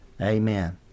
Amen